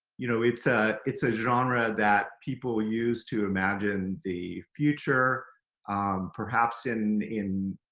you know, it's ah it's a genre that people use to imagine the future perhaps in in